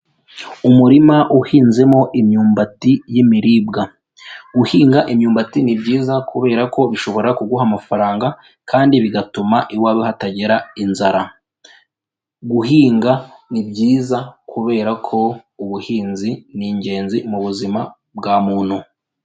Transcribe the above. Umurima uhinzemo imyumbati y'imiribwa, guhinga imyumbati ni byiza kubera ko bishobora kuguha amafaranga kandi bigatuma iwawe hatagera inzara, guhinga ni byiza kubera ko ubuhinzi ni ingenzi mu buzima bwa muntu.